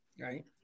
Right